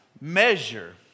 measure